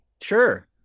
Sure